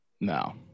No